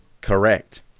Correct